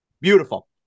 Beautiful